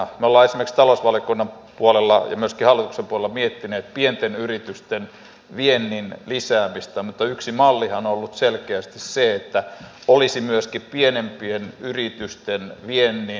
me olemme esimerkiksi talousvaliokunnan puolella ja myöskin hallituksen puolella miettineet pienten yritysten viennin lisäämistä mutta yksi mallihan on ollut selkeästi se että olisi myöskin pienempien yritysten viennin takauksia